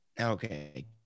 Okay